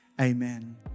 Amen